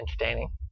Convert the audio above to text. entertaining